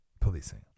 policing